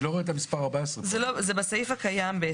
זה בסעיף הקיים.